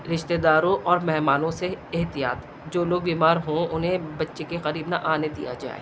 رشتتے داروں اور مہمانوں سے احتیاط جو لوگ بیمار ہوں انہیں بچے کے قریب نہ آنے دیا جائے